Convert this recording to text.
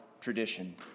tradition